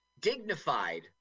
Dignified